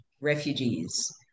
refugees